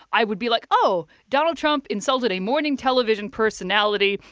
i would be like oh, donald trump insulted a morning television personality.